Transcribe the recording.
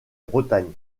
bretagne